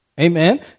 Amen